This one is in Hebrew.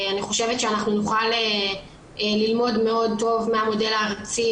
אני חושבת שאנחנו נוכל ללמוד מאוד טוב מה המודל הארצי